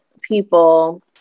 people